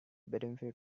benefit